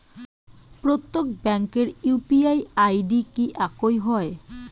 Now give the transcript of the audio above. প্রত্যেক ব্যাংকের UPI ID কি একই হয়?